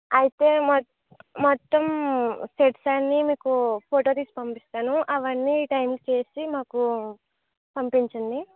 అయితే మొ మొత్తం సెట్స్ అన్నీ మీకు ఫోటో తీసి పంపిస్తాను అవన్నీ టైంకి చేసి మాకు పంపించండి